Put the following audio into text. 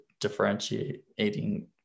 differentiating